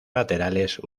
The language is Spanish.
laterales